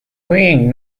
queen